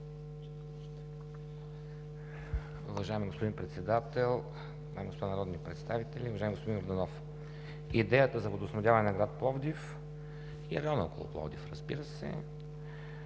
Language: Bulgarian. Уважаеми господин Председател, дами и господа народни представители! Уважаеми господин Йорданов, идеята за водоснабдяване на град Пловдив и района около Пловдив, разбира се,